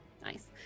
Nice